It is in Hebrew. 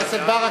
חבר הכנסת ברכה,